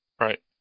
Right